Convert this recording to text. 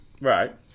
Right